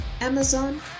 Amazon